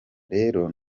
rero